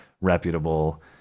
reputable